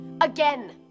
again